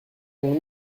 mon